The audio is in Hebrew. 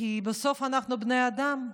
בסוף אנחנו בני אדם.